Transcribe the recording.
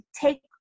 take